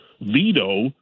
veto